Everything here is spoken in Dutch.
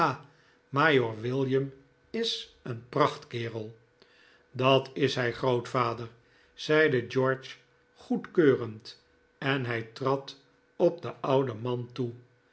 majoor william is een prachtkerel dat is hij grootvader zeide george goedkeurend en hij trad op den ouden man toe